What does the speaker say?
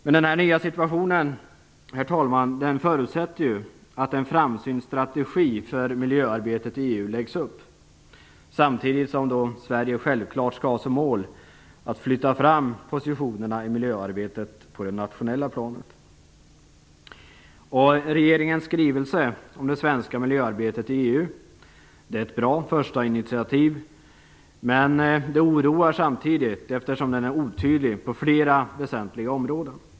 Den här nya situationen, herr talman, förutsätter ju att en framsynt strategi för miljöarbetet i EU läggs upp, samtidigt som Sverige självklart skall ha som mål att flytta fram positionerna i miljöarbetet på det nationella planet. Regeringens skrivelse om det svenska miljöarbetet i EU är ett bra första initiativ. Men den oroar samtidigt, eftersom den är otydlig på flera väsentliga områden.